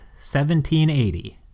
1780